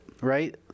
right